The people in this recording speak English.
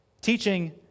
Teaching